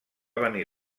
venir